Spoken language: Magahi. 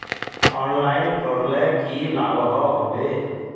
ऑनलाइन करले की लागोहो होबे?